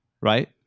Right